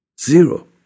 zero